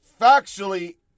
factually